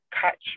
catch